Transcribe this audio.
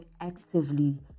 actively